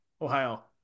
Ohio